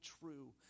true